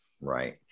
Right